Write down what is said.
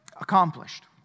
accomplished